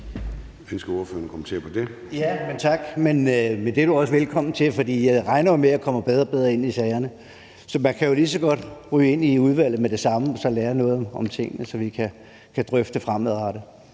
Ønsker ordføreren at kommentere på det? Kl. 13:16 Jan Carlsen (M): Ja. Tak, men det er du også velkommen til, for jeg regner med, at jeg kommer bedre og bedre ind i sagerne. Så man kan jo lige så godt ryge ind i udvalget med det samme og så lære noget om tingene, så vi kan drøfte dem fremadrettet.